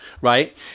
right